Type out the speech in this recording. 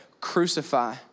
Crucify